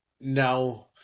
now